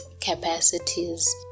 capacities